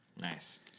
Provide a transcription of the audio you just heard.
Nice